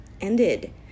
ended